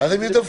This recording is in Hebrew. הרי הם ידווחו.